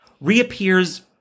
Reappears